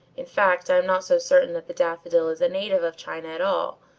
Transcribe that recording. in fact, i am not so certain that the daffodil is a native of china at all,